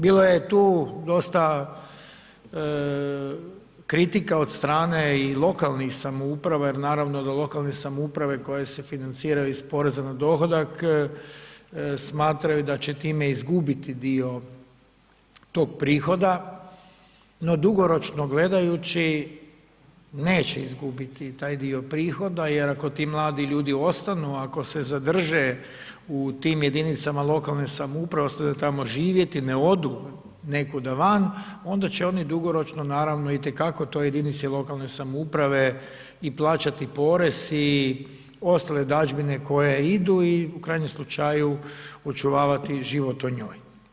Bilo je tu dosta kritika od strane i o lokalnih samouprava jer naravno do lokalne samouprave koje se financiraju iz poreza na dohodak, smatraju da će time izgubiti dio tog prihoda no dugoročno gledajući, neće izgubiti taj dio prihoda jer ako ti mladi ljudi ostanu, ako se zadrže u tim jedinicama lokalne samouprave, ostanu tamo živjeti, ne odu nekuda van, onda će oni dugoročno naravno itekako to jedinice lokalne samouprave i plaćati porez i ostale dažbine koje idu i u krajnjem slučaju očuvati život u njoj.